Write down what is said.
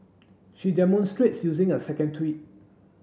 she demonstrates using a second tweet